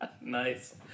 Nice